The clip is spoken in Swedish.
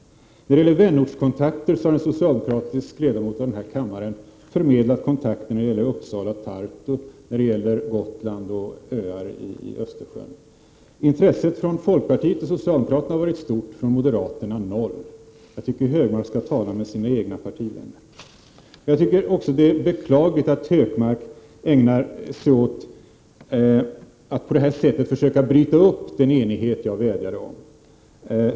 När det gäller vänortskontakter kan jag nämna att en socialdemokratisk riksdagsledamot har förmedlat kontakter mellan Uppsala och Tartu, mellan Gotland och öar i Östersjön. Intresset från folkpartiet och från socialdemokraterna har varit stort, men från moderaterna har det varit lika med noll. Jag tycker att Gunnar Hökmark skall tala med sina egna partivänner. Det är också beklagligt att Gunnar Hökmark ägnar sig åt att på detta sätt försöka bryta upp den enighet som jag vädjade om.